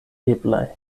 eblaj